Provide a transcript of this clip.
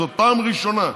זאת פעם ראשונה.